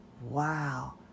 wow